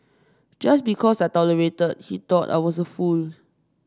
just because I tolerated he thought I was a fool